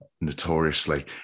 notoriously